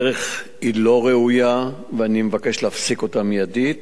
הדרך היא לא ראויה ואני מבקש להפסיק אותה מיידית.